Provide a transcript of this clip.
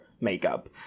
makeup